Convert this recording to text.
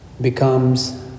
becomes